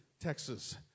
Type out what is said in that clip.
Texas